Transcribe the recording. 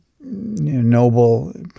noble